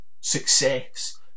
success